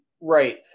right